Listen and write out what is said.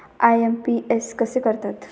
IMPS कसे करतात?